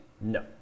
No